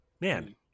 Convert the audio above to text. Man